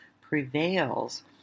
prevails